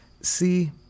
See